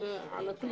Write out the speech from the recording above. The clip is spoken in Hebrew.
לכם על כך.